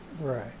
Right